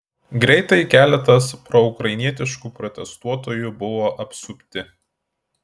greitai keletas proukrainietiškų protestuotojų buvo apsupti